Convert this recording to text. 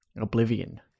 Oblivion